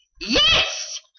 Yes